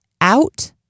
out